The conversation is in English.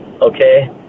okay